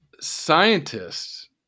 Scientists